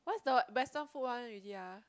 what's the western food one already ah